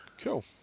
Cool